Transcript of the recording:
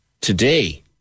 today